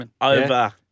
over